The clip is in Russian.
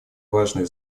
важное